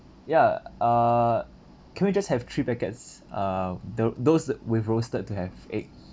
ya err can we just have three packets uh the those with roasted to have egg